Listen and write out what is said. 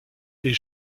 est